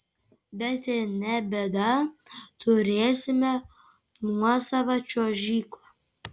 bet ne bėda turėsime nuosavą čiuožyklą